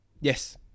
Yes